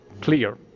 clear